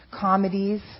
comedies